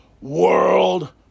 world